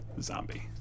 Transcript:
zombie